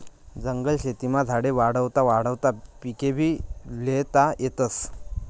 जंगल शेतीमा झाडे वाढावता वाढावता पिकेभी ल्हेता येतस